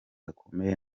gakomeye